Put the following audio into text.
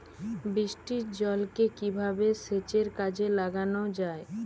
বৃষ্টির জলকে কিভাবে সেচের কাজে লাগানো য়ায়?